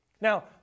now